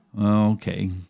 Okay